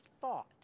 thought